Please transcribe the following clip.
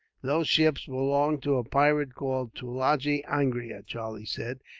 those ships belong to a pirate called tulagi angria, charlie said,